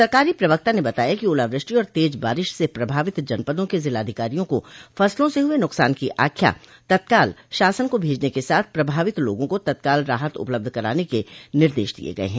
सरकारी प्रवक्ता ने बताया कि ओला वृष्टि और तेज बारिस से प्रभावित जनपदों के जिलाधिकारियों को फसलों को हुए नुकसान की आख्या तत्काल शासन को भेजने के साथ प्रभावित लोगों को तत्काल राहत उपलब्ध कराने के निर्देश दिये गये हैं